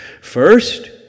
First